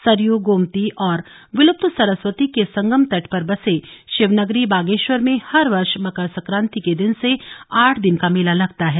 सरयू गोमती और विलृप्त सरस्वती के संगम तट पर बसे शिवनगरी बागेश्वर में हर वर्ष मकर संक्रांति के दिन से आठ दिन का मेला लगता है